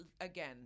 again